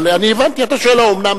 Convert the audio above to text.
אבל הבנתי, אתה שואל: האומנם?